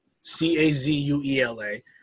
C-A-Z-U-E-L-A